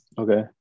Okay